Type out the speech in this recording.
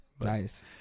nice